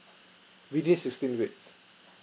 within sixteen weeks